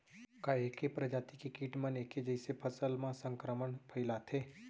का ऐके प्रजाति के किट मन ऐके जइसे फसल म संक्रमण फइलाथें?